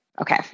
Okay